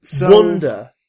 Wonder